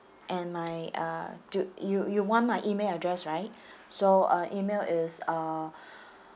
and my uh do you you want my email address right so uh email is uh